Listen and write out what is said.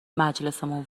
مجلسمون